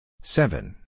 Seven